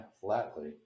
flatly